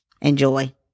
Enjoy